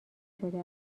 شده